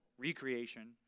recreation